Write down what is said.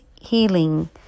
healing